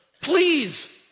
Please